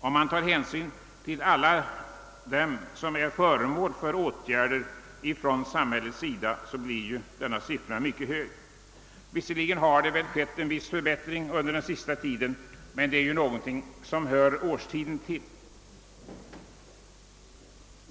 Om man tar hänsyn till alla dem som är föremål för samhällsåtgärder, blir denna siffra mycket hög. Visserligen har det väl skett en viss förbättring under den senaste tiden, men det är någonting som hör årstiden till.